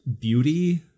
beauty